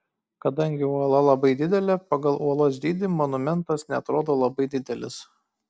kadangi uola labai didelė pagal uolos dydį monumentas neatrodo labai didelis